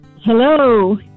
Hello